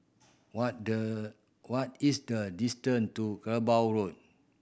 what the what is the distance to Kerbau Road